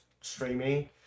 streaming